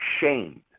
shamed